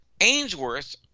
Ainsworth